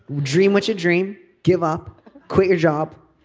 dream what you dream give up quit your job